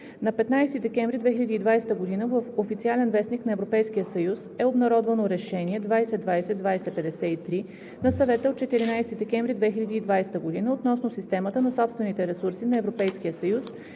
На 15 декември 2020 г. в „Официален вестник“ на Европейския съюз (ЕС) е обнародвано Решение 2020/2053 на Съвета от 14 декември 2020 г. относно системата на собствените ресурси на Европейския съюз